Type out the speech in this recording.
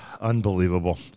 Unbelievable